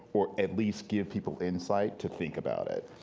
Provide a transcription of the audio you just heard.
or at least give people insight to think about it.